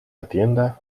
atienda